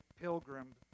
pilgrim